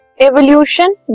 evolution